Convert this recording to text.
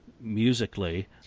musically